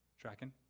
Tracking